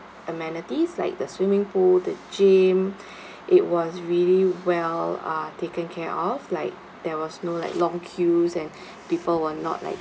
amenities like the swimming pool the gym it was really well uh taken care of like there was no like long queues and people were not like